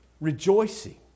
rejoicing